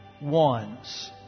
ones